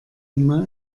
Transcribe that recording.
einmal